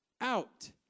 out